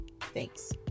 Thanks